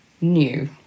new